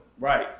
Right